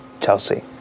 Chelsea